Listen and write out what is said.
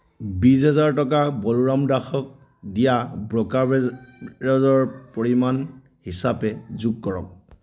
বিছ হাজাৰ টকা বলোৰাম দাসক দিয়া ব্ৰ'কাৰেজৰ পৰিমাণ হিচাপে যোগ কৰক